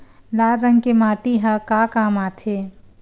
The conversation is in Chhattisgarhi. लाल रंग के माटी ह का काम आथे?